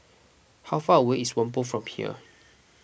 how far away is Whampoa from here